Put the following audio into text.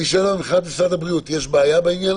מבחינת משרד הבריאות, יש בעיה?